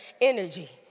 energy